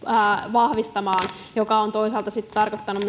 vahvistamaan mikä on toisaalta sitten tarkoittanut myöskin sitä että